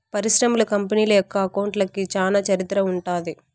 పరిశ్రమలు, కంపెనీల యొక్క అకౌంట్లకి చానా చరిత్ర ఉంటది